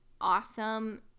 awesome